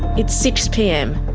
it's six pm,